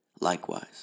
Likewise